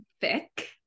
thick